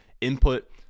input